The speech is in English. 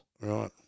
Right